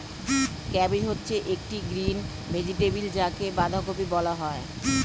cabbage হচ্ছে একটি green vegetable যাকে বাঁধাকপি বলা হয়